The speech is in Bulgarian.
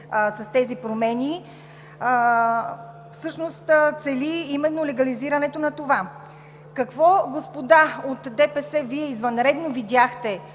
с тези промени, всъщност цели именно легализирането на това? Какво, господа от ДПС, Вие извънредно видяхте